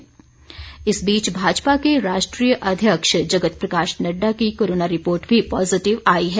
नड्डा इस बीच भाजपा के राष्ट्रीय अध्यक्ष जगत प्रकाश नड़डा की कोरोना रिपोर्ट भी पॉजिटिव आई है